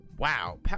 Wow